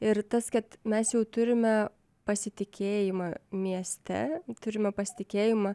ir tas kad mes jau turime pasitikėjimą mieste turime pasitikėjimą